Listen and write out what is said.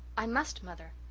i must, mother.